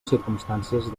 circumstàncies